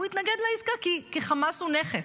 הוא התנגד לעסקה כי חמאס הוא נכס.